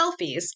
selfies